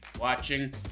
watching